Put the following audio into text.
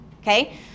okay